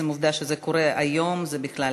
ועצם העובדה שזה קורה היום, זה בכלל.